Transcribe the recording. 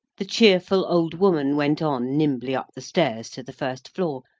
the cheerful old woman went on nimbly up the stairs to the first floor,